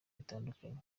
bitandatu